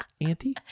Auntie